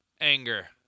anger